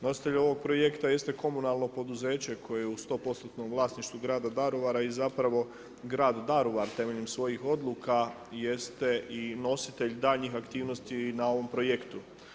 Nositelj ovoga projekta jeste komunalno poduzeće koje je u sto postotnom vlasništvu grada Daruvara i zapravo grad Daruvar temeljem svojih odluka jeste i nositelj daljnjih aktivnosti na ovom projektu.